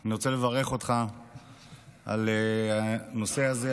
אני רוצה לברך אותך על הנושא הזה.